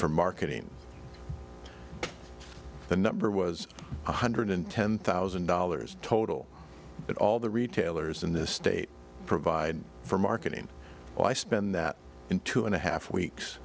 for marketing the number was one hundred ten thousand dollars total but all the retailers in this state provide for marketing why spend that in two and a half weeks